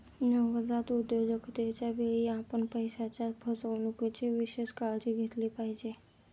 नवजात उद्योजकतेच्या वेळी, आपण पैशाच्या फसवणुकीची विशेष काळजी घेतली पाहिजे